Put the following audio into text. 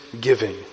giving